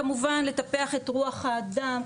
כמובן לטפח את רוח האדם,